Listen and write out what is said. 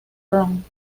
ron